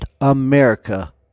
america